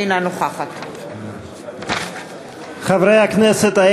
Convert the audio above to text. אינה נוכחת חברי הכנסת,